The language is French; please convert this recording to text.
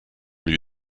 lui